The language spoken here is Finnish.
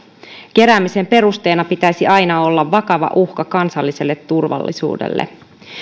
keräämisen perusteena pitäisi aina olla vakava uhka kansalliselle turvallisuudelle